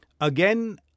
Again